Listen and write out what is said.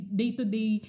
day-to-day